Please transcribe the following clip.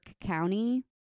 County